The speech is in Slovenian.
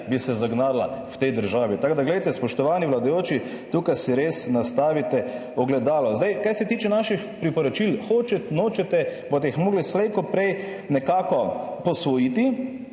bi se zagnala v tej državi? Tako da glejte, spoštovani vladajoči, tukaj si res nastavite ogledalo. Kar se tiče naših priporočil, hočete, nočete, boste jih mogli slej ko prej nekako posvojiti,